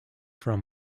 from